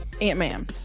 Ant-Man